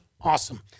Awesome